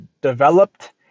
developed